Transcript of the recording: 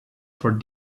for